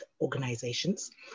organizations